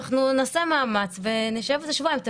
נעשה מאמץ ונשב על זה שבועיים.